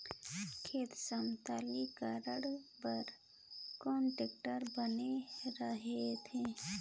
खेत समतलीकरण बर कौन टेक्टर बने रथे?